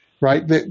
right